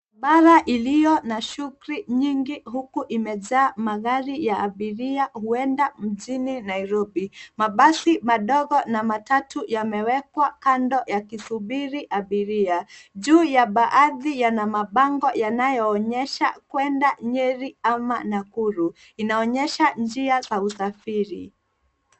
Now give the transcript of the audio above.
...bara iliyona shughuli nyingi huku imejaa magari ya abaria huenda mjini Nairobi. Mabasi madogo na matatu yamewekwa kando yakisubiri abiria. Juu ya baadhi yana mabango yanayo onyesha kwenye Nyeri ama Nakuru. Inaonyesha njia ya usafiri.